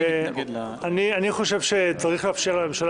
אני מתנגד --- אני חושב שצריך לאפשר לממשלה